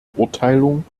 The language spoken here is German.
beurteilung